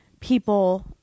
people